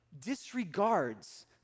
disregards